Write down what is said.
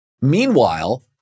Meanwhile